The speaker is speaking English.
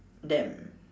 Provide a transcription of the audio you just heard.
them